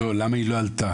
לא, למה היא לא עלתה.